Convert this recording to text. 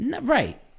Right